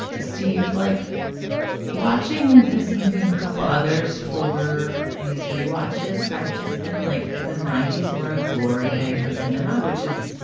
steve like watching this movie and a couple others for these re watches. i've just been like the ninety s were a glory day for cinema, which is,